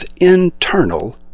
internal